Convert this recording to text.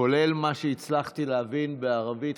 כולל מה שהצלחתי להבין בערבית,